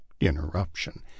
interruption